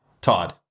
Todd